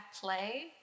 play